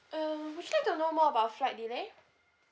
um would you like to know more about flight delay